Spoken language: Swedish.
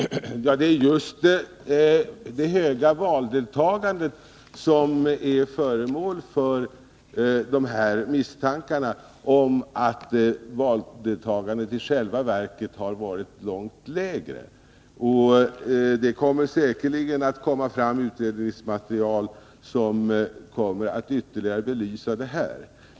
Herr talman! Det är just det höga valdeltagandet som är föremål för misstankar om att det i själva verket har varit långt lägre, och det kommer säkerligen fram utredningsmaterial som ytterligare belyser detta.